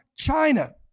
china